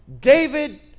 David